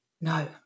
No